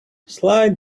slide